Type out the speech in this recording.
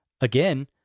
Again